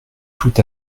tout